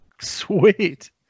Sweet